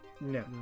No